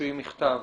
תוציאי מכתב